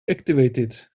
activated